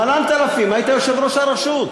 מלאן-ת'לפים, היית יושב-ראש הרשות.